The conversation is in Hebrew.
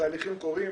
התהליכים קורים,